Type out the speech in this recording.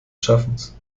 schaffens